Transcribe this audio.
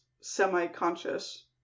semi-conscious